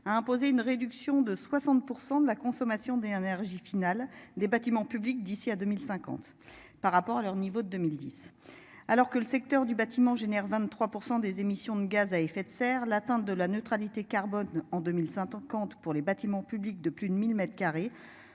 a imposé une réduction de 60% de la. Consommation d'énergie finale des bâtiments publics d'ici à 2050 par rapport à leur niveau de 2010 alors que le secteur du bâtiment génère 23% des émissions de gaz à effet de serre, l'attente de la neutralité carbone en 2005 en compte pour les bâtiments publics de plus de 1000 m2